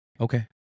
Okay